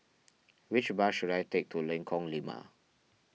which bus should I take to Lengkong Lima